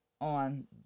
on